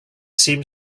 seemed